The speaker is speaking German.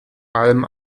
allem